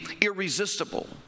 irresistible